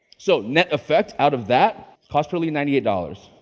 so net effect out of that. cost per lead ninety eight dollars.